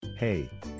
Hey